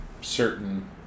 certain